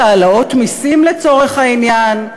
בעד העלאות מסים, לצורך העניין.